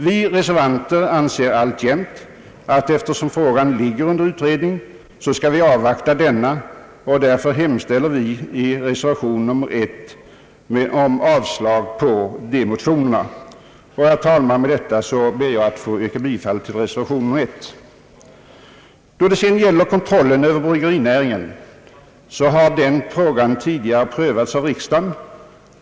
Vi reservanter anser alltjämt, att eftersom frågan ligger under utredning, skall utredningsresultatet avvaktas, och vi hemställer om avslag på ifrågavarande motioner. Med detta, herr talman, ber jag att få yrka bifall till reservation 1. Frågan om kontrollen över bryggerinäringen har tidigare prövats av riksdagen.